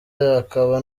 akaba